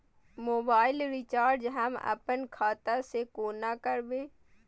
Mobile recharge हम आपन खाता से कोना करबै?